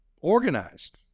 Organized